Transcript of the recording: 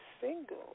single